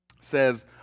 says